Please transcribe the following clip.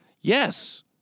yes